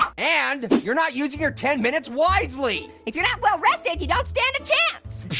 and, you're not using your ten minutes wisely. if you're not well-rested, you don't stand a chance.